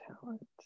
talent